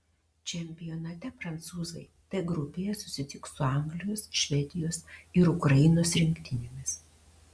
čempionate prancūzai d grupėje susitiks su anglijos švedijos ir ukrainos rinktinėmis